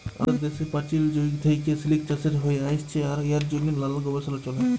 আমাদের দ্যাশে পাচীল যুগ থ্যাইকে সিলিক চাষ হ্যঁয়ে আইসছে আর ইয়ার জ্যনহে লালাল গবেষলা চ্যলে